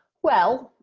well